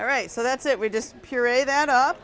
i right so that's it we just puree that up